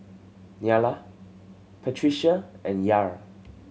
Nyla Patricia and Yair